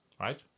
right